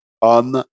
on